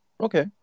Okay